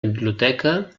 biblioteca